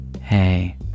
Hey